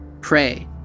pray